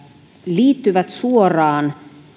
liittyvät suoraan